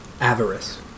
avarice